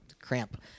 cramp